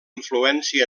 influència